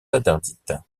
interdites